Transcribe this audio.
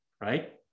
right